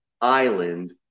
island